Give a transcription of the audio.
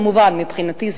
מבחינתי,